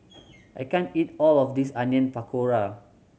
I can't eat all of this Onion Pakora